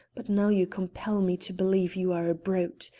but now you compel me to believe you are a brute.